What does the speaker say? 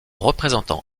représentant